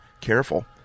careful